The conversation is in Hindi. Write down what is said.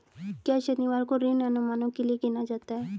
क्या शनिवार को ऋण अनुमानों के लिए गिना जाता है?